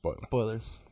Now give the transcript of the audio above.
Spoilers